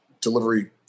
delivery